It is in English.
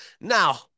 Now